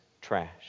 trash